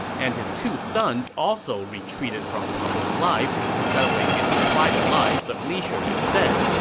and his two sons also retreated from public life, settling into private lives of leisure instead.